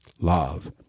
love